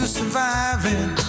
surviving